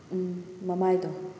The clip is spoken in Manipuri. ꯎꯝ ꯃꯃꯥꯏꯗꯣ